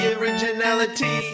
originality